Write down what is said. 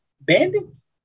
bandits